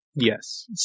Yes